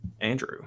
Andrew